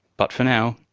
but for now,